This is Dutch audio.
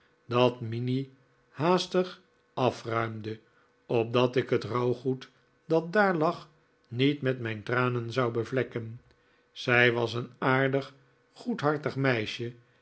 die minnie haastig afruimde opdat ik het rouwgoed dat daar lag niet met mijn tranen zou bevlekken zij was een aardig goedhartig meisje